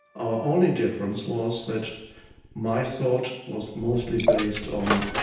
our only difference was that my thought was mostly based on